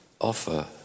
offer